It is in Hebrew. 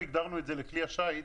אנחנו הגדרנו את זה לכלי השיט,